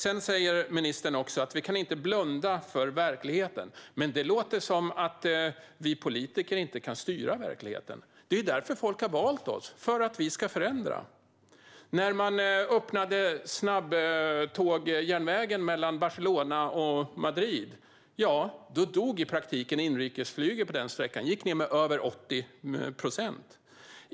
Sedan säger ministern att vi inte kan blunda för verkligheten. Det låter som om vi politiker inte kan styra verkligheten, men det är ju därför folk har valt oss, för att vi ska förändra. När man öppnade snabbtågsförbindelsen mellan Barcelona och Madrid dog i praktiken inrikesflyget på den sträckan. Det gick ned med över 80 procent.